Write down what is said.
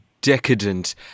decadent